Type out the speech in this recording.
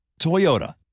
Toyota